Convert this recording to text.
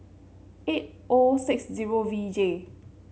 eight O six zero V J